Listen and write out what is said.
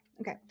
Okay